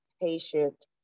patient